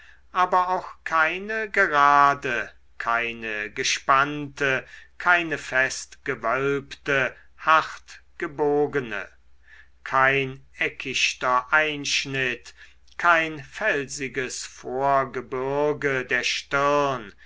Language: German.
aber auch keine gerade keine gespannte keine fest gewölbte hart gebogene kein eckichter einschnitt kein felsiges vorgebürge der stirn